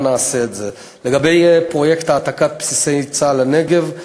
3. לגבי פרויקט העתקת בסיסי צה"ל לנגב,